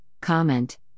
comment